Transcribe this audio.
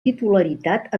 titularitat